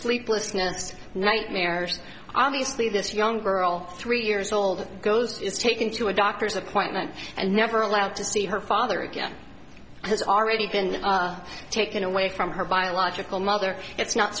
sleeplessness nightmares obviously this young girl three years old goes to is taken to a doctor's appointment and never allowed to see her father again has already been taken away from her biological mother it's not